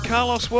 Carlos